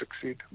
succeed